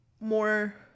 more